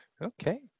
Okay